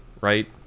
right